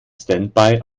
standby